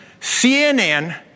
CNN